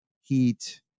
Heat